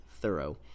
thorough